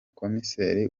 komiseri